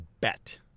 bet